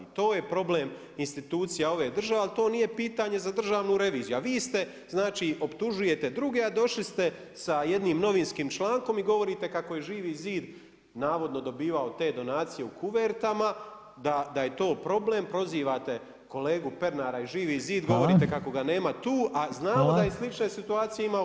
To je problem institucija ove države, ali to nije pitanje za Državnu reviziju, a vi ste znači optužujete druge, a došli ste sa jednim novinskim člankom i govorite kako je Živi zid navodno dobivao te donacije u kuvertama, da je to problem, prozivate kolegu Pernara i Živi zid, govorite kako ga nema tu [[Upadica Reiner: Hvala.]] a znamo da je slične situacije imao HDZ.